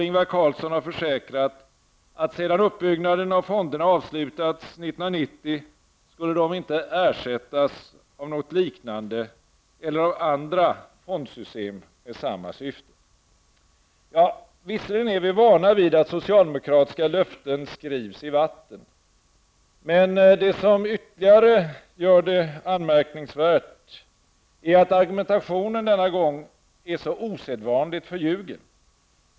Ingvar Carlsson har försäkrat att sedan uppbyggnaden av fonderna avslutats 1990, skulle de inte ersättas av något liknande eller av andra fondsystem med samma syfte. Vi är visserligen vana vid att socialdemokratiska löften skrivs i vatten. Men det som ytterligare gör detta anmärkningsvärt, är att argumentationen denna gång är osedvanligt förljugen.